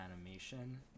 animation